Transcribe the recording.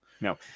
No